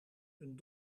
een